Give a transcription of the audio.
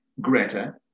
Greta